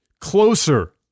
closer